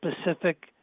specific